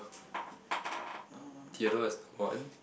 Theodore is one